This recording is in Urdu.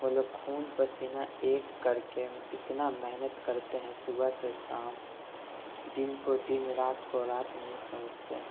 وہ لوگ خون پسینہ ایک کر کے اتنا محنت کرتے ہیں صبح سے شام دن کو دن رات کو رات نہیں سمجھتے